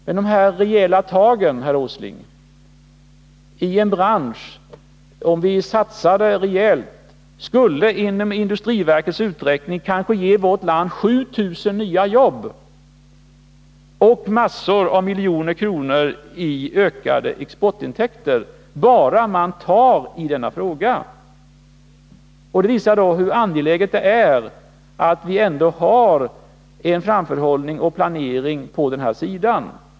Men apropå rejäla tag, herr Åsling, så skulle det enligt industriverkets uträkning kunna ge 7 000 nya jobb och miljarder kronor i ökade exportintäkter, om man bara tog tag i denna fråga. Det visar hur angeläget det är att vi har en framförhållning och en planering.